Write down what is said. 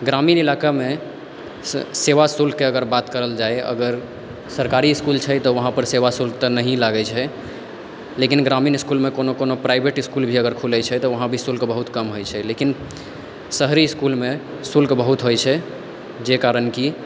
ग्रामीण इलाकामे सेवा शुल्कके अगर बात करल जाइ अगर सरकारी इसकुल छै तऽ वहांँपर सेवा शुल्क तऽ नहिये लागै छै लेकिन ग्रामीण इसकुल कोनो कोनो प्राइवेट इसकुल भी अगर खोलै छै तऽ वहाँ भी शुल्क बहुत कम होइ छै लेकिन शहरी इसकुलमे शुल्क बहुत होइ छै जे कारण कि